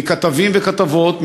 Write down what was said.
מכתבים וכתבות,